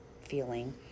feeling